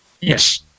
Yes